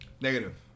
Negative